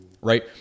right